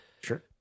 Sure